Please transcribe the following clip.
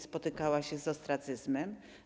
Spotykała się z ostracyzmem.